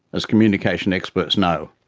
as communication experts know,